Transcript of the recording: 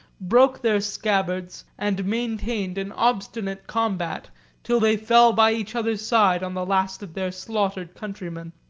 broke their scabbards, and maintained an obstinate combat till they fell by each other's side on the last of their slaughtered countrymen.